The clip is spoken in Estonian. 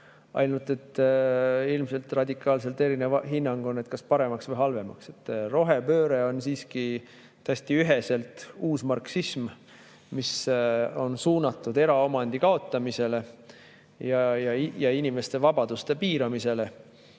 Ainult et ilmselt radikaalselt erinev hinnang on see, kas [muutub] paremaks või halvemaks. Rohepööre on siiski täiesti üheselt uusmarksism, mis on suunatud eraomandi kaotamisele ja inimeste vabaduste piiramisele.